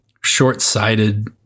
short-sighted